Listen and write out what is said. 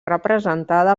representada